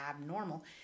abnormal